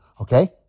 Okay